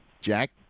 Jack